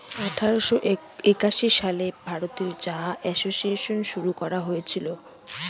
আঠারোশো একাশি সালে ভারতীয় চা এসোসিয়েসন শুরু করা হয়েছিল